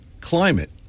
climate